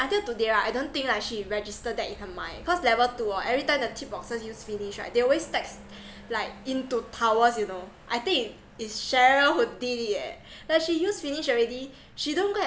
until today right I don't think lah she register that in her mind cause level two oh every time the tip boxes use finish right they always stacks like into towers you know I think is cheryl who did it eh like she use finish already she don't go and